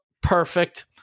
Perfect